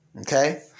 Okay